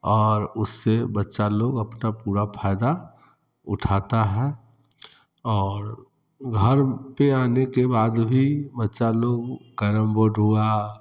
और उससे बच्चे लोग अपना पूरा फ़ायदा उठाते हैं और घर पर आने के बाद भी बच्चा लोग कैरम बोर्ड हुआ